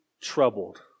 troubled